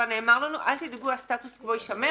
נאמר לנו: אל תדאגו הסטטוס קוו יישמר,